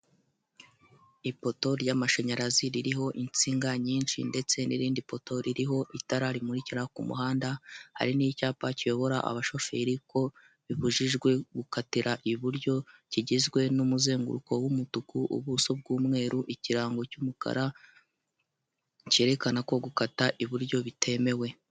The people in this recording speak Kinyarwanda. Ipoto ry'amashanyarazi ririho insinga nyinshi ndetse n'irindi poto ririho itara rimurikira ku muhanda, hari n'icyapa kiyobora abashoferi ko bibujijwe gukatira iburyo, kigizwe n'umuzenguruko w'umutuku, ubuso bw'umweru, ikirango cy'umukara cyerekana ko gukata iburyo bitemewe.